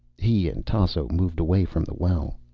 he and tasso moved away from the well.